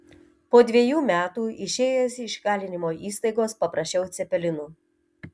po dvejų metų išėjęs iš įkalinimo įstaigos paprašiau cepelinų